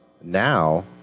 now